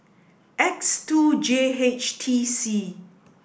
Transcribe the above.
X two J H T C